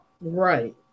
Right